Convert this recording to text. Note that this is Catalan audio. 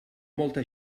molta